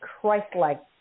Christ-like